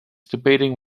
debating